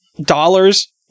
dollars